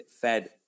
fed